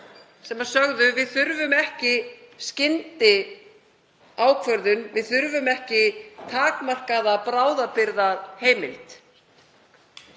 og sögðu: Við þurfum ekki skyndiákvörðun, við þurfum ekki takmarkaða bráðabirgðaheimild.